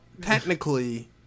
technically